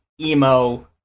emo